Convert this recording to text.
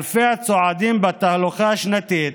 אלפי הצועדים בתהלוכה השנתית